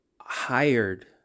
hired